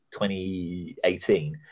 2018